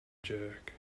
jerk